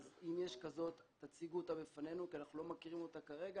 אז אם יש כזאת תציגו אותה בפנינו כי אנחנו לא מכירים אותה כרגע.